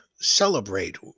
celebrate